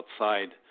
outside